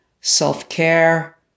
self-care